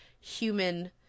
human